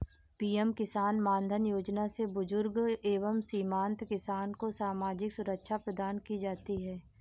PM Kisan Maandhan Yojana से बुजुर्ग एवं सीमांत किसान को सामाजिक सुरक्षा प्रदान की जाती है